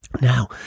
Now